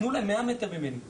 תנו להם 100 מטר ממני שיפגינו.